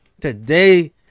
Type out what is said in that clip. Today